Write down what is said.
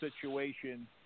situation